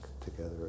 together